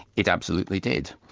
it absolutely did.